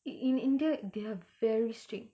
in in india they are very strict